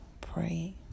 pray